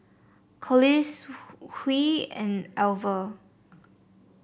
Collis Huy and Alver